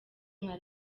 nka